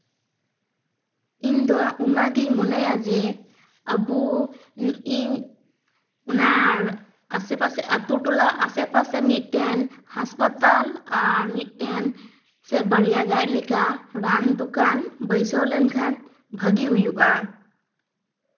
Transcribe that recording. ᱤᱧ ᱫᱚ ᱚᱱᱟᱜᱤᱧ ᱢᱚᱱᱮᱭᱟ ᱡᱮ ᱟᱵᱚ ᱤᱧ ᱚᱱᱟ ᱟᱥᱮᱼᱯᱟᱥᱮ ᱟᱛᱩᱼᱴᱚᱞᱟ ᱟᱥᱮᱼᱯᱟᱥᱮ ᱢᱤᱫᱴᱮᱱ ᱦᱟᱸᱥᱯᱟᱛᱟᱞ ᱟᱨ ᱢᱤᱫᱴᱮᱱ ᱥᱮ ᱵᱟᱨᱭᱟ ᱜᱟᱱ ᱞᱮᱠᱟᱱ ᱨᱟᱱ ᱫᱚᱠᱟᱱ ᱵᱟᱹᱭᱥᱟᱹᱣ ᱞᱮᱱᱠᱷᱟᱱ ᱵᱷᱟᱹᱜᱤ ᱦᱩᱭᱩᱜᱼᱟ